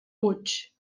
puig